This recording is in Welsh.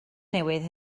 newydd